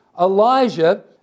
Elijah